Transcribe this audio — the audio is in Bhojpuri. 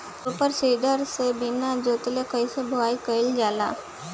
सूपर सीडर से बीना जोतले कईसे बुआई कयिल जाला?